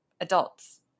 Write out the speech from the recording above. adults